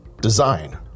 Design